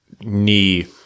knee